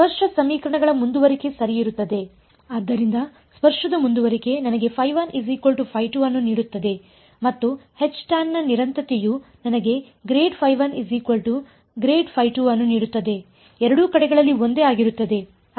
ಆದ್ದರಿಂದ ಸ್ಪರ್ಶದ ಮುಂದುವರಿಕೆ ನನಗೆ ಅನ್ನು ನೀಡುತ್ತದೆ ಮತ್ತು Htan ನ ನಿರಂತರತೆಯು ನನಗೆ ಅನ್ನು ನೀಡುತ್ತದೆ ಎರಡೂ ಕಡೆಗಳಲ್ಲಿ ಒಂದೇ ಆಗಿರುತ್ತದೆ